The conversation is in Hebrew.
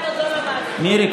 מירי,